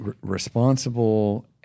responsible